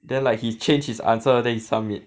then like he change his answer then he submit